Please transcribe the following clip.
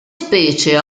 specie